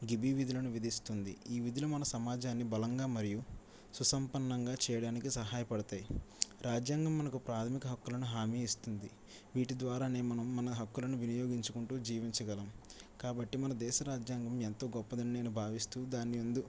గిబి విధులను విధిస్తుంది ఈ విధులు మన సమాజాన్ని బలంగా మరియు సుసంపన్నంగా చేయడానికి సహాయపడతాయి రాజ్యాంగం మనకు ప్రాథమిక హక్కులను హామీ ఇస్తుంది వీటి ద్వారా మనం మన హక్కులను వినియోగించుకుంటూ జీవించగలం కాబట్టి మన దేశ రాజ్యాంగం ఎంతో గొప్పది నేను భావిస్తూ దాన్ని యందు